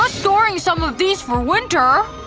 ah storing some of these for winter.